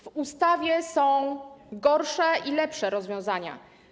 W ustawie są gorsze i lepsze rozwiązania.